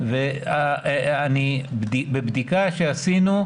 ובבדיקה שעשינו,